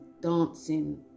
dancing